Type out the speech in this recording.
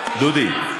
דודי,